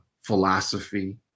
philosophy